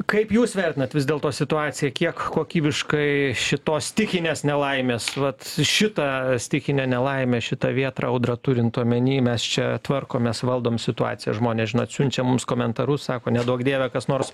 kaip jūs vertinat vis dėl to situaciją kiek kokybiškai šitos stichinės nelaimės vat šitą stichinę nelaimę šitą vėtrą audrą turint omeny mes čia tvarkomės valdom situaciją žmonės žinot atsiunčia mums komentarus sako neduok dieve kas nors